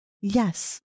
Yes